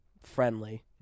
friendly